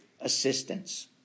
assistance